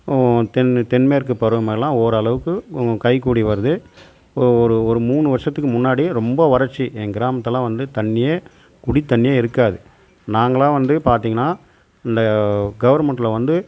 தென் தென் மேற்கு பருவை மழை எல்லாம் ஓரளவுக்கு கைகூடி வருது ஒரு ஒரு மூணு வருஷத்துக்கு முன்னாடி ரொம்ப வறட்சி எங்க கிராமத்தில் எல்லாம் வந்து தண்ணியே குடிக்க தண்ணியே இருக்காது நாங்கெல்லாம் வந்து பார்த்தீங்கன்னா இந்த கவர்மெண்டில் வந்து